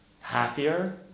happier